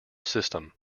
system